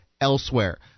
elsewhere